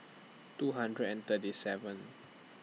two hundred and thirty seventh